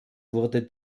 wurde